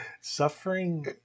Suffering